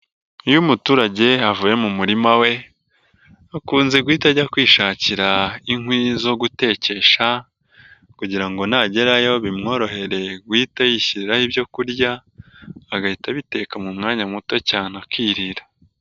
Iyo umuturage avuye mu murima we, akunze guhita ajya kwishakira inkwi zo gutekesha kugira ngo nagerayo bimworohere guhita yishyiriraho ibyo kurya, agahita abiteka mu mwanya muto cyane akirira.